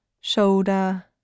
shoulder